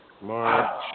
March